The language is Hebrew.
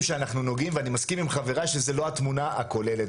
שאנחנו נוגעים ואני מסכים עם חבריי שזה לא התמונה הכוללת,